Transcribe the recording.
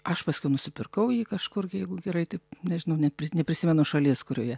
aš paskiau nusipirkau jį kažkur jeigu gerai taip nežinau nepri neprisimenu šalies kurioje